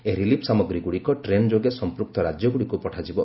ଏହି ରିଲିଫ୍ ସାମଗ୍ରୀଗୁଡ଼ିକ ଟ୍ରେନ୍ ଯୋଗେ ସମ୍ପ୍ରକ୍ତ ରାଜ୍ୟଗ୍ରଡ଼ିକ୍ ପଠାଯିବ